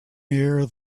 near